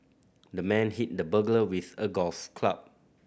the man hit the burglar with a golf club